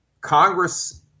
Congress